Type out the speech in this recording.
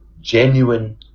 genuine